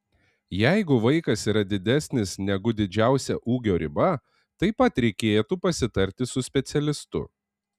jeigu vaikas yra didesnis negu didžiausia ūgio riba taip pat reikėtų pasitarti su specialistu